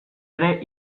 ere